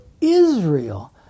Israel